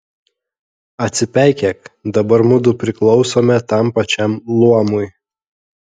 atsipeikėk dabar mudu priklausome tam pačiam luomui